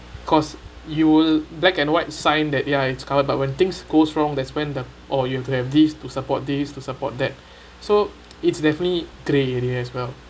because you'll black and white sign that ya it's covered but when things goes wrong that's when there's oh you have to have these to support these to support that so it's definitely grey area as well